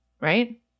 right